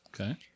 Okay